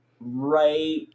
right